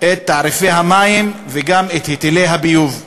את תעריפי המים וגם את היטלי הביוב.